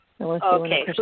Okay